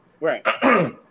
Right